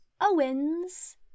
owen's